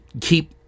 keep